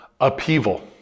upheaval